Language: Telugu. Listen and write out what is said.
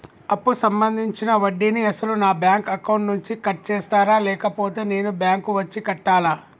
అప్పు సంబంధించిన వడ్డీని అసలు నా బ్యాంక్ అకౌంట్ నుంచి కట్ చేస్తారా లేకపోతే నేను బ్యాంకు వచ్చి కట్టాలా?